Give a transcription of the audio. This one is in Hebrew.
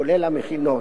כולל המכינות,